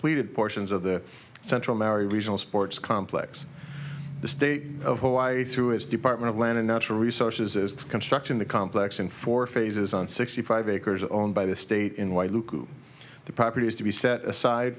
completed portions of the central mary regional sports complex the state of hawaii through its department of land and natural resources is constructing the complex in four phases on sixty five acres owned by the state in white look the property is to be set aside